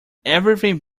everything